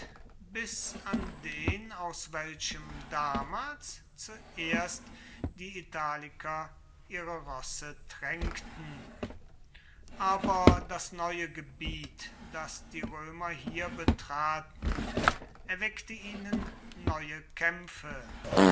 bis an den aus welchem damals zuerst die italiker ihre rosse tränkten aber das neue gebiet das die römer hier betraten erweckte ihnen neue kämpfe